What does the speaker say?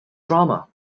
drama